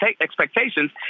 expectations